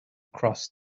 cross